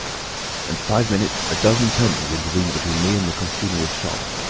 and five minutes a dozen turnings intervened between me and the costumier's shop.